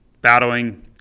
battling